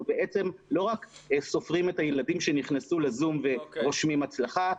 בעצם לא רק סופרים את הילדים שנכנסו לזום ורושמים הצלחה,